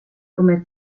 comer